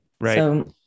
Right